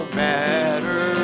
matter